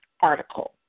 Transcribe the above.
article